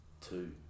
two